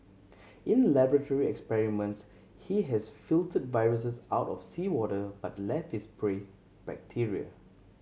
in laboratory experiments he has filtered viruses out of seawater but left his prey bacteria